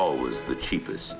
always the cheapest